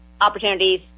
opportunities